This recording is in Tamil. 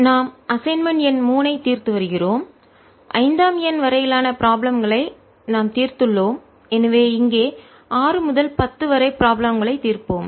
நாம் அசைன்மென்ட் எண் 3 ஐத் தீர்த்து வருகிறோம் 5 ஆம் எண் வரையிலான ப்ராப்ளம் களை நாம் தீர்த்துள்ளோம் எனவே இங்கே 6 முதல் 10 வரை ப்ராப்ளம் களை தீர்ப்போம்